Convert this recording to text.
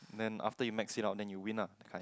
then after you max it out then you win ah that kind